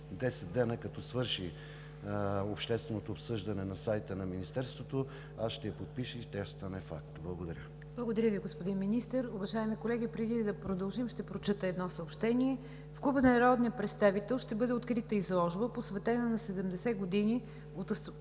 10 дни, като свърши общественото обсъждане на сайта на Министерството, ще я подпиша и тя ще стане факт. Благодаря. ПРЕДСЕДАТЕЛ НИГЯР ДЖАФЕР: Благодаря Ви, господин Министър. Уважаеми колеги, преди да продължим, ще прочета едно съобщение. В Клуба на народния представител ще бъде открита изложба, посветена на 70 години от установяването